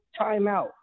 Timeout